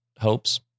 hopes